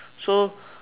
so